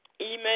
email